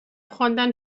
خواندن